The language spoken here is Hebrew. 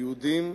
היהודים,